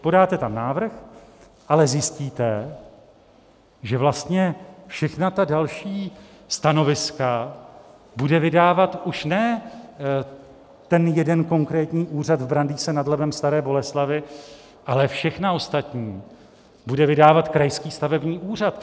Podáte tam návrh, ale zjistíte, že vlastně všechna ta další stanoviska bude vydávat už ne ten jeden konkrétní úřad v Brandýse nad Labem Staré Boleslavi, ale všechna ostatní bude vydávat krajský stavební úřad.